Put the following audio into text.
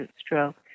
stroke